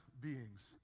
beings